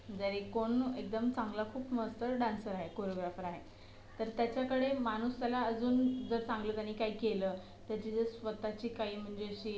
जरी कोण एकदम चांगला खूप मस्त डान्सर आहे कोरियोग्राफर आहे तर त्याच्याकडे माणूस त्याला अजून जर चांगलं त्याने काय केलं त्याची जर स्वतःची काही म्हणजे अशी